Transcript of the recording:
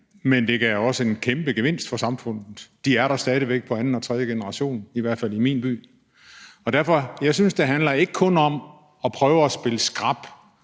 men det gav også en kæmpe gevinst for samfundet. De er der stadig væk i anden og tredje generation, i hvert fald i min by. Jeg synes ikke, det kun handler om at prøve at spille skrap.